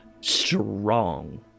strong